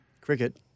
Cricket